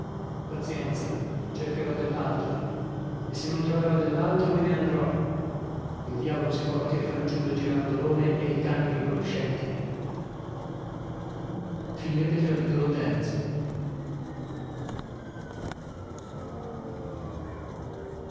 pazienza cercherò dell'altro e se non troverò dell'altro me ne andrò il diavolo si porti le fanciulle girandolone e i cani riconoscente a